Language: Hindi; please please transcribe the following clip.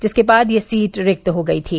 जिसके बाद यह सीट रिक्त हो गयी